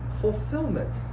fulfillment